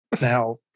Now